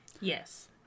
Yes